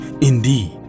indeed